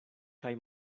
kaj